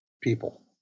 people